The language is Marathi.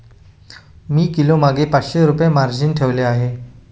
मी किलोमागे पाचशे रुपये मार्जिन ठेवली आहे